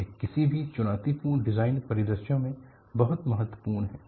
यह किसी भी चुनौतीपूर्ण डिजाइन परिदृश्यों में बहुत महत्वपूर्ण है